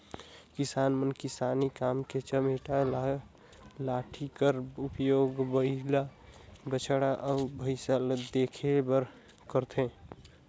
किसान मन किसानी काम मे चमेटा लाठी कर उपियोग बइला, बछवा अउ भइसा ल खेदे बर करथे